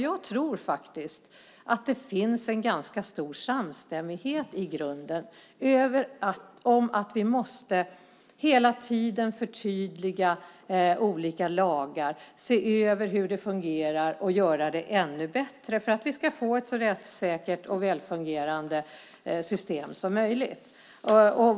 Jag tror att det i grunden finns en ganska stor samstämmighet om att vi hela tiden måste förtydliga olika lagar, se över hur de fungerar och göra dem ännu bättre för att vi ska få ett så rättssäkert och välfungerande system som möjligt.